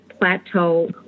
plateau